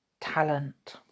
talent